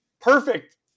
perfect